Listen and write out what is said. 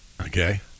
okay